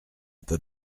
peut